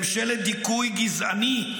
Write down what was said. ממשלת דיכוי גזעני,